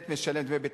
מה?